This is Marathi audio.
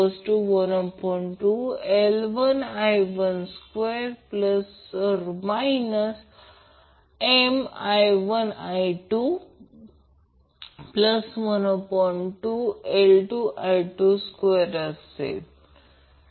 जर ती ZC 4 4RL 2 XC 2 जर ती 0 असेल तर त्याचे फक्त l चे एकमेव मूल्य असेल परंतु जर ZC 4 जर ही संज्ञा निगेटिव्ह झाली तर कोणताही रेझोनन्स राहणार नाही